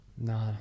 No